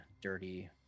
dirty